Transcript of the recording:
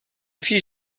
fils